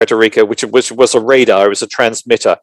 פרטוריקה, שהייתה רדאר, הייתה משדרת.